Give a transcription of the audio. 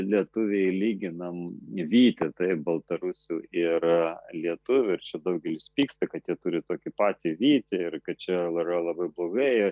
lietuviai lyginame vytį taip baltarusių ir lietuvių ir čia daugelis pyksta kad jie turi tokį patį vytį ir kad čia yra labai blogai